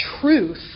truth